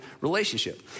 relationship